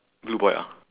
blue boy ah